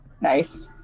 Nice